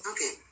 Okay